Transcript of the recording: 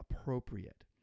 appropriate